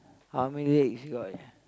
how many legs got